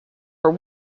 for